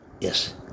Yes